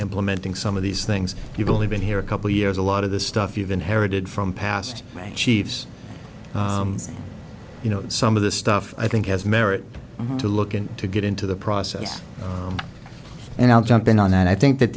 implementing some of these things you've only been here a couple years a lot of the stuff you've inherited from past chiefs you know some of the stuff i think has merit to looking to get into the process and i'll jump in on that i think that